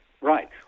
right